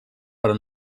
però